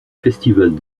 festivals